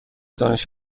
دانش